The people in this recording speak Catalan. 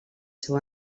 seu